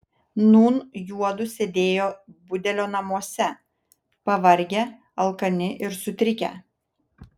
nūn juodu sėdėjo budelio namuose pavargę alkani ir sutrikę